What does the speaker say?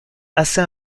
assez